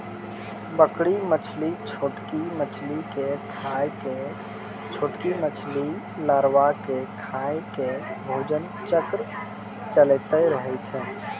बड़की मछली छोटकी मछली के खाय के, छोटकी मछली लारवा के खाय के भोजन चक्र चलैतें रहै छै